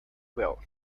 well